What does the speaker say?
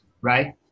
Right